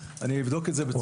אני אבדוק את זה בצורה יסודית.